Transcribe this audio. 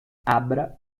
abra